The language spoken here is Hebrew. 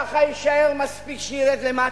ככה יישאר מספיק שירד למטה.